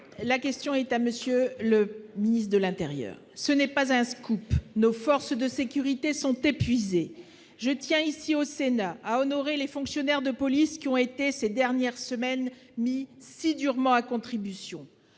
Ma question s'adresse à M. le ministre de l'intérieur. Ce n'est pas un scoop, nos forces de sécurité sont épuisées. Je tiens ici, au Sénat, à honorer les fonctionnaires de police qui ont été mis si durement à contribution